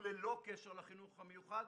וללא קשר לחינוך המיוחד,